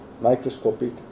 microscopic